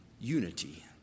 unity